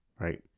right